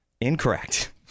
Incorrect